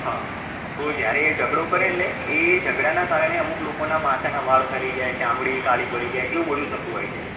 હં તો જયારે એ ઝગડો કરે એટલે એ ઝગડાનાં કારણે લોકોના માથાના વાળ ખરી જાય ચામડી કાળી પડી જાય એવું બધું થતું હોય છે